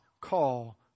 call